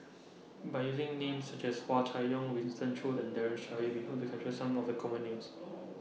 By using Names such as Hua Chai Yong Winston Choos and Daren Shiau We Hope to capture Some of The Common Names